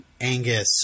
Angus